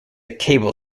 cable